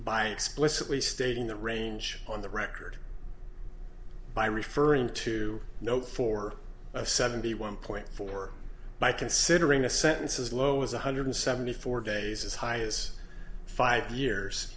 by explicitly stating the range on the record by referring to note for a seventy one point four by considering a sentence as low as one hundred seventy four days as high as five years